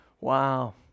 Wow